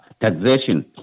taxation